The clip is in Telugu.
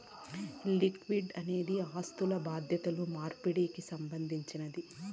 లిక్విడిటీ అనేది ఆస్థులు బాధ్యతలు మార్పిడికి సంబంధించినది